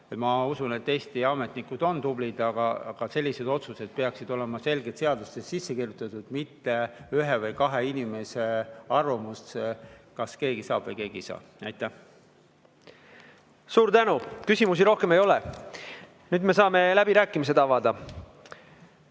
Ma usun, et Eesti ametnikud on tublid, aga sellised otsused peaksid olema selgelt seadustesse sisse kirjutatud, mitte ühe või kahe inimese arvamus, kas keegi saab või ei saa. Suur tänu! Küsimusi rohkem ei ole. Nüüd me saame läbirääkimised avada.